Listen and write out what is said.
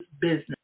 business